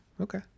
Okay